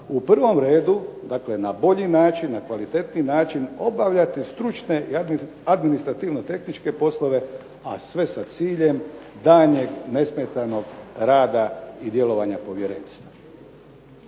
u prvom redu dakle na bolji način, na kvalitetniji način obavljati stručne i administrativno-tehničke poslove a sve sa ciljem daljnjeg nesmetanog rada i djelovanja povjerenstva.